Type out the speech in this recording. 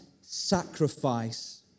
sacrifice